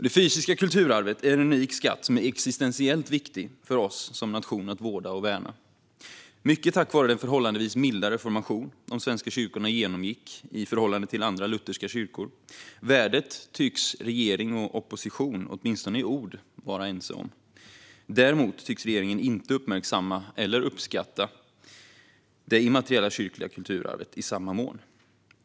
Det fysiska kulturarvet är en unik skatt som det är existentiellt viktigt för oss som nation att vårda och värna, mycket tack vare den förhållandevis milda reformation de svenska kyrkorna genomgick i förhållande till andra lutherska kyrkor. Värdet tycks regering och opposition åtminstone i ord vara ense om. Däremot tycks regeringen inte uppmärksamma eller uppskatta det immateriella kyrkliga kulturarvet i samma mån.